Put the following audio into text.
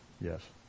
yes